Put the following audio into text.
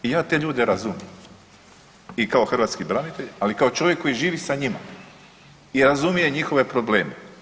I ja te ljude razumijem i kao hrvatski branitelj, ali i kao čovjek koji živi sa njima i razumije njihove probleme.